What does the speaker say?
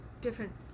different